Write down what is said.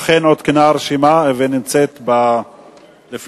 אכן עודכנה הרשימה ונמצאת לפניכם.